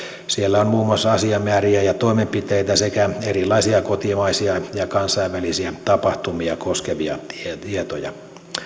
siellä on muun muassa asiamääriä ja ja toimenpiteitä sekä erilaisia kotimaisia ja kansainvälisiä tapahtumia koskevia tietoja